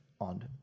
on